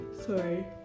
Sorry